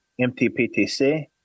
MTPTC